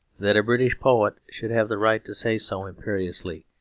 that a british poet should have the right to say so imperiously,